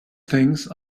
things